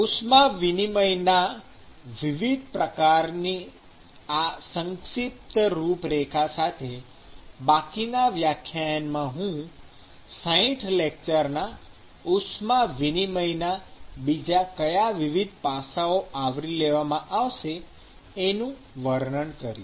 ઉષ્મા વિનિમયના વિવિધ પ્રકારની આ સંક્ષિપ્ત રૂપરેખા સાથે બાકીના વ્યાખ્યાનમાં હું આ ૬૦ લેક્ચરના ઉષ્મા વિનિમયના બીજા કયા વિવિધ પાસાઓ આવરી લેવામાં આવશે એનું વર્ણન કરીશ